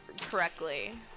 correctly